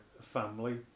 family